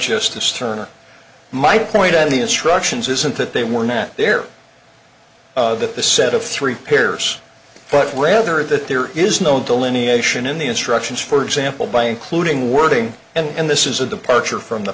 sterner my point on the instructions isn't that they were not there that the set of three pairs but rather that there is no delineation in the instructions for example by including wording and this is a departure from the